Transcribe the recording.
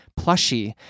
plushie